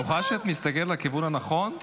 את בטוחה שאת מסתכלת לכיוון הנכון?